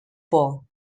por